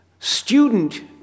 student